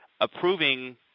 approving